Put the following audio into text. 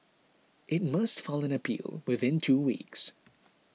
it must file an appeal within two weeks